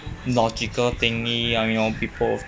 logical thingy I mean people